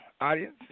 audience